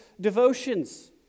devotions